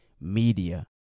Media